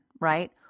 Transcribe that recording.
right